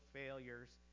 failures